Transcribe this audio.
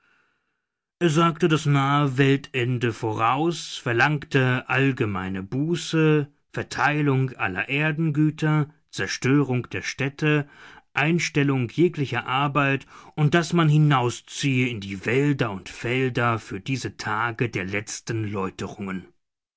sagte das nahe weltende voraus verlangte allgemeine buße verteilung aller erdengüter zerstörung der städte einstellung jeglicher arbeit und daß man hinausziehe in die wälder und felder für diese tage der letzten läuterungen